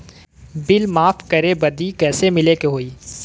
Bill माफ करे बदी कैसे मिले के होई?